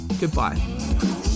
Goodbye